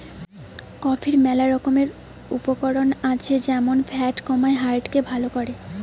কফির ম্যালা রকমের উপকার আছে যেমন ফ্যাট কমায়, হার্ট কে ভাল করে